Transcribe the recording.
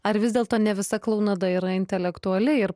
ar vis dėlto ne visa klounada yra intelektuali ir